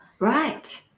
Right